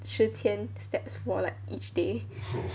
十千 steps for like each day